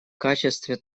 качестве